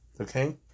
Okay